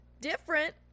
different